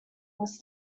was